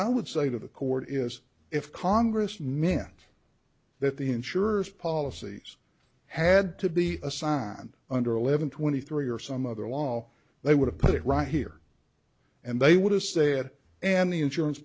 i would say to the court is if congress nancy that the insurers policies had to be assigned under eleven twenty three or some other law they would have put it right here and they would have said and the insurance